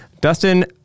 Dustin